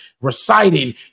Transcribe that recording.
reciting